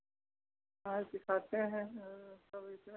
हाँ सिखाते हैं अभी जो है